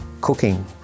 cooking